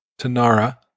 Tanara